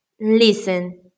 Listen